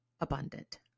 abundant